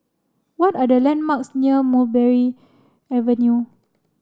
what are the landmarks near Mulberry Avenue